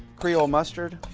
creole mustard,